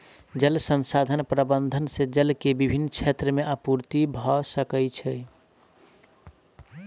जल संसाधन प्रबंधन से जल के विभिन क्षेत्र में आपूर्ति भअ सकै छै